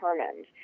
determined